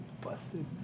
busted